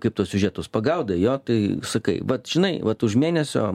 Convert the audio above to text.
kaip tuos siužetus pagaudai jo tai sakai vat žinai vat už mėnesio